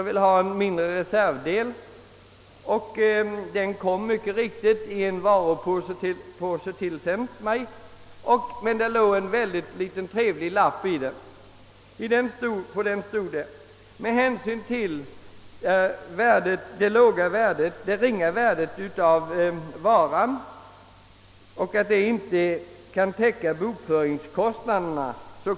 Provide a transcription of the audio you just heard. Den sändes till mig i en varupåse, men i påsen fanns också en lapp med meddelande, att på grund av varans ringa värde avstod företaget från att göra någon debitering, då be loppet inte skulle täcka bokföringskostnaderna.